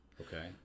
Okay